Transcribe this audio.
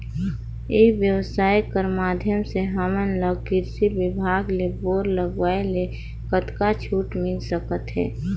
ई व्यवसाय कर माध्यम से हमन ला कृषि विभाग ले बोर लगवाए ले कतका छूट मिल सकत हे?